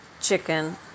chicken